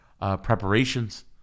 preparations